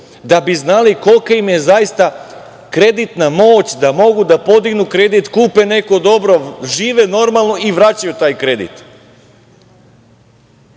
da bi znali kolika im je zaista kreditna moć da mogu da podignu kredit, kupe neko dobro, žive normalno i vraćaju taj kredit.